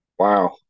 Wow